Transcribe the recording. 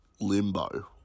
Limbo